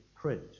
print